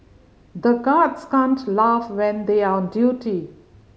the guards can't laugh when they are on duty